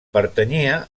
pertanyia